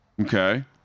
Okay